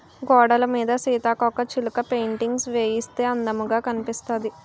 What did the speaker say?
గోడలమీద సీతాకోకచిలక పెయింటింగ్స్ వేయిస్తే అందముగా కనిపిస్తాది